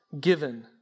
given